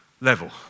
level